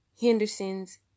Henderson's